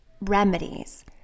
remedies